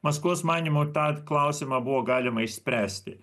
maskvos manymu tą klausimą buvo galima išspręsti